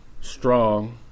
strong